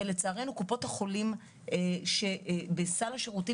ולצערנו קופות החולים שבסל השירותים